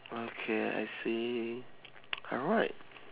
okay I see alright